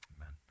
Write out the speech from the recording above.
Amen